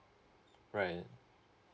right